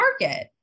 market